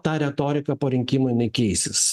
ta retorika po rinkimų jinai keisis